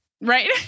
Right